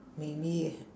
maybe